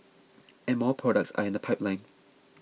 and more products are in the pipeline